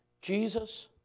Jesus